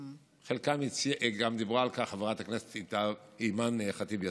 על חלקם גם דיברה חברת הכנסת אימאן ח'טיב יאסין.